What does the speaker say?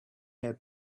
her